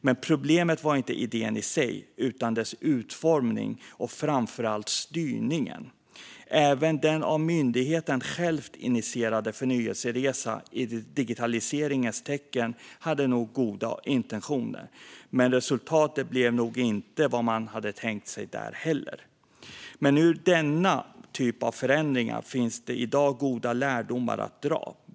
Men problemet var inte idén i sig utan dess utformning och framför allt styrningen. Även den av myndigheten själv initierade förnyelseresan i digitaliseringens tecken hade nog goda intentioner, men resultatet blev nog inte vad man hade tänkt sig där heller. Men ur denna typ av förändringar finns det i dag goda lärdomar att dra.